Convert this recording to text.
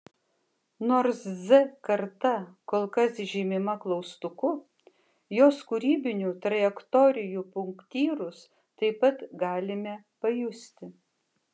nors z karta kol kas žymima klaustuku jos kūrybinių trajektorijų punktyrus taip pat galime pajusti